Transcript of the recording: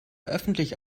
öffentlich